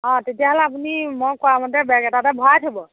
অঁ তেতিয়াহ'লে আপুনি মই কোৱা মতে বেগ এটাতে ভৰাই থাকিব